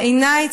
בעיניי,